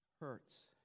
hurts